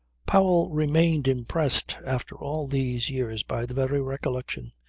powell remained impressed after all these years by the very recollection,